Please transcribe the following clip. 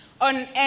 on